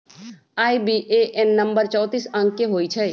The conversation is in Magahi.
आई.बी.ए.एन नंबर चौतीस अंक के होइ छइ